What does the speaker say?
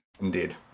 indeed